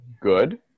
good